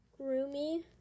groomy